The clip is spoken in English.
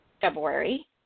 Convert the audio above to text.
February